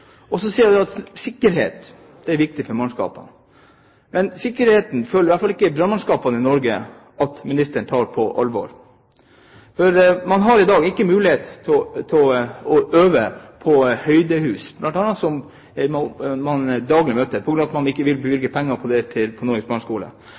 også. Så sier man at sikkerhet er viktig for mannskapene. Men brannmannskapene i Norge føler i hvert fall ikke at ministeren tar sikkerheten på alvor. Man har i dag ikke mulighet til å øve på høye hus – en situasjon man daglig møter – på grunn av at Norges brannskole ikke får bevilget penger til det. Man har ikke